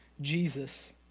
Jesus